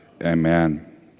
Amen